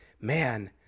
man